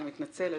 אני מתנצלת.